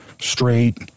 straight